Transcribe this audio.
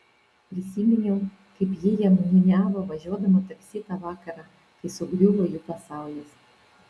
prisiminiau kaip ji jam niūniavo važiuodama taksi tą vakarą kai sugriuvo jų pasaulis